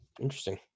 Interesting